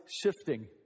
shifting